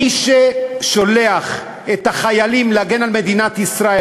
מי ששולח את החיילים להגן על מדינת ישראל,